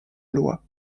loi